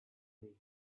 way